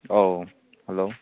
ꯑꯧ ꯍꯜꯂꯣ